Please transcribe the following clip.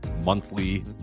monthly